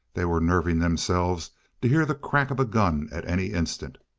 they were nerving themselves to hear the crack of a gun at any instant.